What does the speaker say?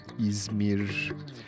Izmir